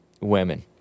women